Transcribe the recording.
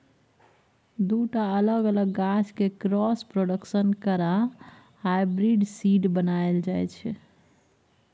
दु टा अलग अलग गाछ केँ क्रॉस प्रोडक्शन करा हाइब्रिड सीड बनाएल जाइ छै